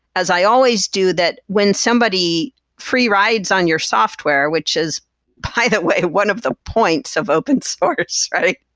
as i always do, that when somebody free rides on your software, which is by the way one of the points of open source, right?